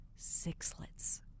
Sixlets